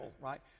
right